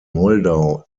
moldau